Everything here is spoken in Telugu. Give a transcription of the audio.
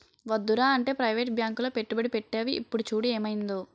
వద్దురా అంటే ప్రవేటు బాంకులో పెట్టుబడి పెట్టేవు ఇప్పుడు చూడు ఏమయిందో